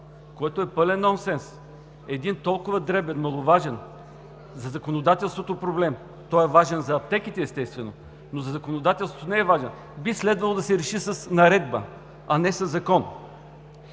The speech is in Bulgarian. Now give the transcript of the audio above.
което е пълен нонсенс. Един толкова дребен, маловажен за законодателството проблем, той е важен за аптеките, естествено, но за законодателството не е важен, би следвало да се реши с наредба, а не със закон.